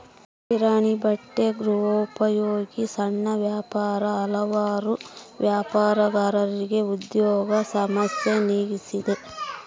ಕಿರಾಣಿ ಬಟ್ಟೆ ಗೃಹೋಪಯೋಗಿ ಸಣ್ಣ ವ್ಯಾಪಾರ ಹಲವಾರು ವ್ಯಾಪಾರಗಾರರಿಗೆ ಉದ್ಯೋಗ ಸಮಸ್ಯೆ ನೀಗಿಸಿದೆ